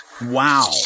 Wow